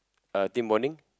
uh team bonding